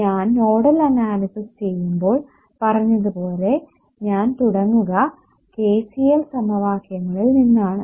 ഞാൻ nodal analysis ചെയ്യുമ്പോൾ പറഞ്ഞതുപോലെ ഞാൻ തുടങ്ങുക KCL സമവാക്യങ്ങളിൽ നിന്നാണ്